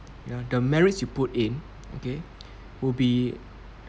ya the merits you put in okay will be